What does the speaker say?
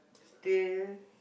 still